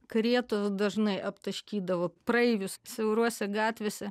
karietos dažnai aptaškydavo praeivius siaurose gatvėse